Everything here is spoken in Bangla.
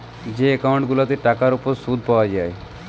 যে একউন্ট গুলাতে টাকার উপর শুদ পায়া যায়